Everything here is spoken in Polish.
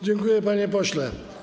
Dziękuję, panie pośle.